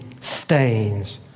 stains